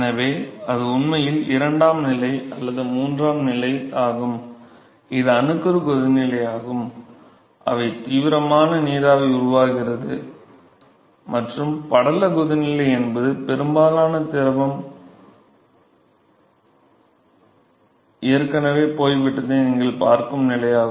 எனவே அது உண்மையில் இரண்டாம் நிலை அல்லது மூன்றாம் நிலை ஆகும் இது அணுக்கரு கொதிநிலையாகும் அங்கு தீவிரமான நீராவி உருவாகிறது மற்றும் படல கொதிநிலை என்பது பெரும்பாலான திரவம் ஏற்கனவே போய்விட்டதை நீங்கள் பார்க்கும் நிலையாகும்